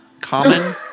common